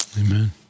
Amen